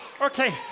okay